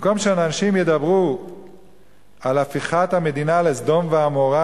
במקום שאנשים ידברו על הפיכת המדינה לסדום ועמורה,